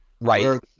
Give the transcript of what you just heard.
Right